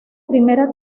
primera